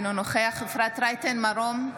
אינו נוכח אפרת רייטן מרום,